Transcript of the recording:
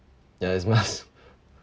ya it's much